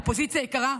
אופוזיציה יקרה,